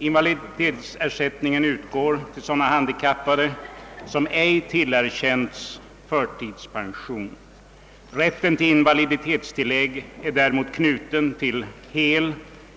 Invaliditetsersättningen utgår till sådana handikappade som ej tillerkänts förtidspension. Rätten till invaliditetstillägg är däremot knuten till hel